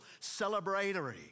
celebratory